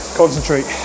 concentrate